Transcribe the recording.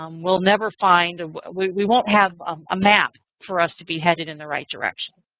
um we'll never find we we won't have a map for us to be headed in the right direction.